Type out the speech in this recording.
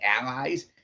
allies